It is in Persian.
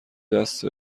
دست